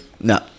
No